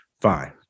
fine